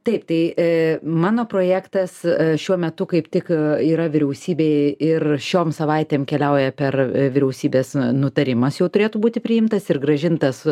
taip tai mano projektas šiuo metu kaip tik yra vyriausybėj ir šiom savaitėm keliauja per vyriausybės nutarimas jau turėtų būti priimtas ir grąžintas